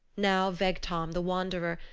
now vegtam the wanderer,